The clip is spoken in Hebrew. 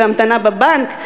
בהמתנה בבנק,